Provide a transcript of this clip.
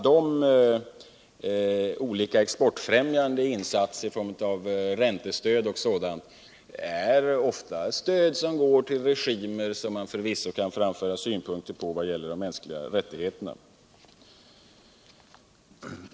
De olika exportbefrämjande insatserna i form av räntestöd och sådant är ofta stöd som går till regimer som man förvisso kan framföra synpunkter på vad gäller de mänskliga rättigheterna.